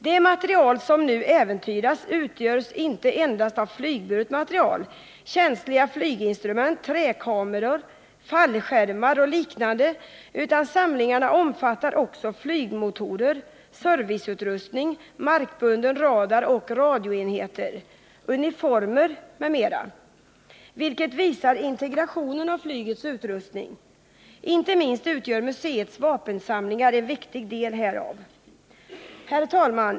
Det material som nu äventyras utgörs inte endast av flygburen materiel, känsliga flyginstrument, träkameror, fallskärmar och liknande, utan samlingarna omfattar också flygmotorer, serviceutrustning, markbunden radar och radioenheter, uniformer m.m., vilket visar integrationen av flygets utrustning. Inte minst utgör museets vapensamlingar en viktig del härav. Herr talman!